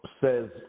says